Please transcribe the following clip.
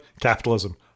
capitalism